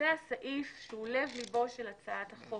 זה הסעיף שהוא לב-לבו של הצעת החוק,